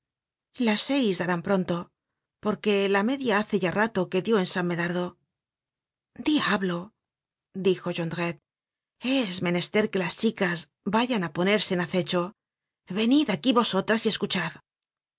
las seis darán pronto porque la media hace ya rato que dió en san medardo diablo dijo jondrette es menester que las chicas vayan á ponerse en acecho venid aquí vosotras y escuchad